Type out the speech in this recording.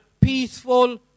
peaceful